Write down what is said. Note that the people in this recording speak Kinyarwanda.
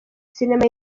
sinema